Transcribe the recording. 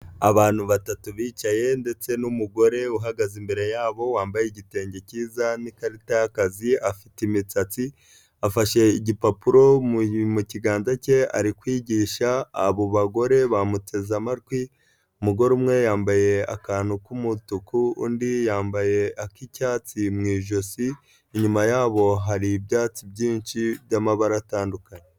Abantu batatu bicaye ndetse n'umugore uhagaze imbere yabo wambaye igitenge cyiza n'ikarita y'akazi afite imisatsi, afashe igipapuro mu kiganza cye ari kwigisha abo bagore bamuteze amatwi umugore umwe yambaye akantu k'umutuku, undi yambaye ak'icyatsi mu ijosi, inyuma yabo hari ibyatsi byinshi by'amabara atandukanye.